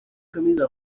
camisa